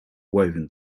woven